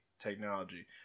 technology